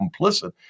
complicit